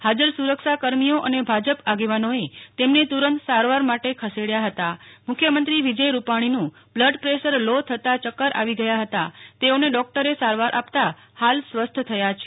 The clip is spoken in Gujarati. હાજર સુરક્ષા કર્મીઓ અને ભાજપ આગેવાનોએ તેમને તુરંત સારવાર માટે ખસે ડાયા હતા મુખ્યમંત્રી વિજય રૂપનીનું બ્લડ પ્રેસર લો થતા યક્કર આવી ગયા હતા તેઓને ડોક્ટરે સારવાર આપતા હાલ સ્વસ્થ થયા છે